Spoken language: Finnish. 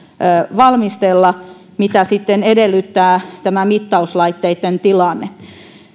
valmistella mitä sitten edellyttää tämä mittauslaitteitten tilanne